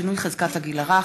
שינוי חזקת הגיל הרך),